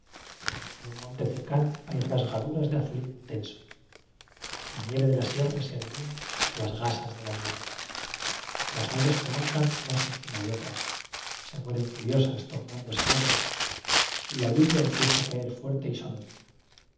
en un monte cercano hay rasgaduras de azulín intenso la nieve de la sierra se adivina entre las gasas de la niebla las nubes se montan unas encima de otras se mueren furiosas tornándose ne gras y la lluvia empieza a caer fuerte y sonora